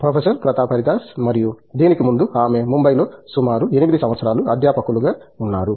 professor Pratap Haridas మరియు దీనికి ముందు ఆమె ముంబైలో సుమారు 8 సంవత్సరాలు అధ్యాపకులుగా ఉన్నారు